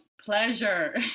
pleasure